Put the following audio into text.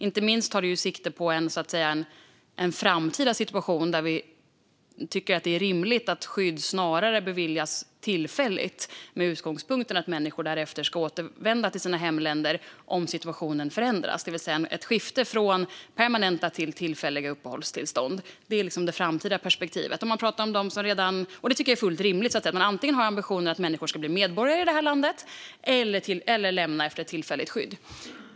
Inte minst tar detta sikte på en framtida situation där vi tycker att det är rimligt att skydd snarare beviljas tillfälligt med utgångspunkten att människor därefter ska återvända till sina hemländer om situationen förändras. Det är alltså fråga om ett skifte från permanenta till tillfälliga uppehållstillstånd. Det är det framtida perspektivet, och det tycker jag är fullt rimligt. Ambitionen är att människor ska bli medborgare i det här landet eller lämna det efter tillräckligt skydd.